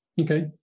Okay